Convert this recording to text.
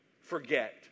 forget